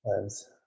times